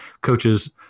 coaches